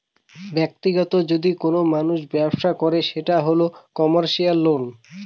ব্যাক্তিগত যদি কোনো মানুষ ব্যবসা করে সেটা হল কমার্সিয়াল লোন